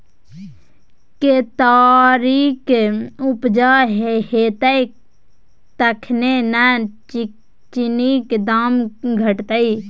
केतारीक उपजा हेतै तखने न चीनीक दाम घटतै